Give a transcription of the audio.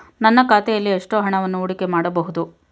ನನ್ನ ಖಾತೆಯಲ್ಲಿ ಎಷ್ಟು ಹಣವನ್ನು ಹೂಡಿಕೆ ಮಾಡಬಹುದು?